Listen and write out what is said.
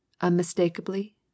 unmistakably